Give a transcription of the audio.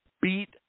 beat